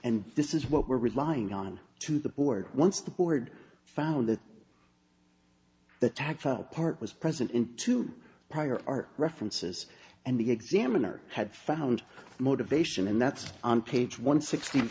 and this is what we're relying on to the board once the board found that the tactile part was present into prior art references and the examiner had found motivation and that's on page one sixty